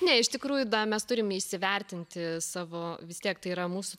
ne iš tikrųjų da mes turime įsivertinti savo vis tiek tai yra mūsų